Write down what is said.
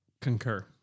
Concur